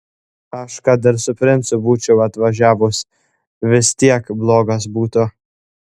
aš kad ir su princu būčiau atvažiavus vis tiek blogas būtų